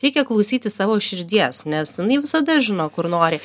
reikia klausyti savo širdies nes jinai visada žino kur nori